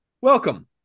Welcome